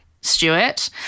Stewart